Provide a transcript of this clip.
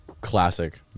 classic